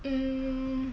um